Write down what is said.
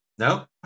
No